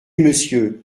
monsieur